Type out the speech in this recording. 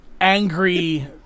angry